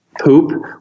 poop